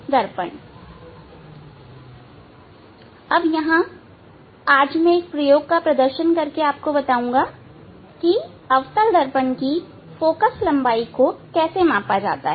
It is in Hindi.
अब मैं यहां आज एक प्रयोग का प्रदर्शन करके बताऊंगा किअवतल दर्पण की फोकस लंबाई को कैसे मापा जाता है